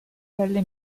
pelle